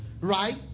Right